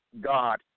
God